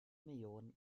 millionen